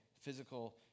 physical